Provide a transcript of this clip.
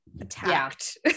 Attacked